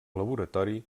laboratori